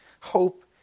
Hope